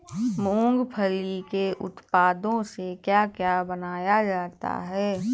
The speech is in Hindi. मूंगफली के उत्पादों से क्या क्या बनाया जाता है?